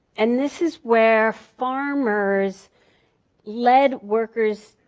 and this is where farmers led workers